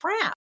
crap